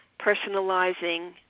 personalizing